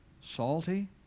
salty